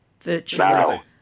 virtually